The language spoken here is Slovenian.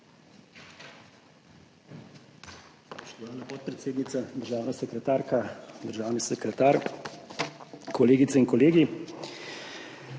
Spoštovana podpredsednica! Državna sekretarka, državni sekretar, kolegice in kolegi!